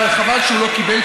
אבל חבל שהוא לא קיבל,